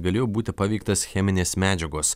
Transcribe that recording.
galėjo būti paveiktas cheminės medžiagos